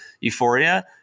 euphoria